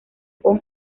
con